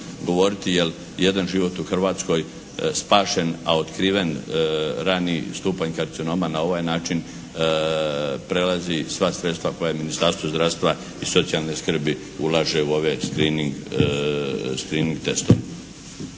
govoriti jer jedan život u Hrvatskoj spašen, a otkriven rani stupanj karcinoma na ovaj način prelazi sva sredstva koje Ministarstvo zdravstva i socijalne skrbi ulaže u ove screening testove.